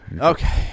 Okay